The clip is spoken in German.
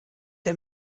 der